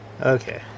Okay